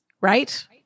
right